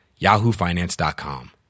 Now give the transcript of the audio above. yahoofinance.com